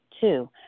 Two